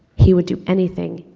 he would do anything,